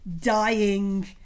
dying